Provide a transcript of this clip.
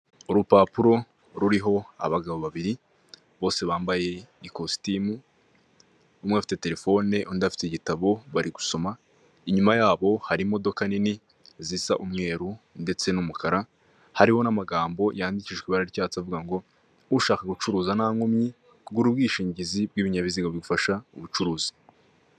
Urupapuro ruriho abagabo babiri bose bambaye ikositimu, umwe afite telefone undi afite igitabo bari gusoma, inyuma yabo hari imodoka nini zisa umweru ndetse n'umukara, hariho n'amagambo yandikishwa ibara ry'icyatsi avuga ngo "ushaka gucuruza nta nkomyi, kugura ubwishingizi bw'ibinyabiziga bifasha ubucuruzi".